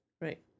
Right